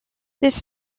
this